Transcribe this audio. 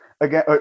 Again